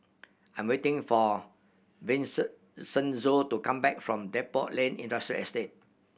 I'm waiting for to come back from Depot Lane Industrial Estate